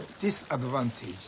Disadvantage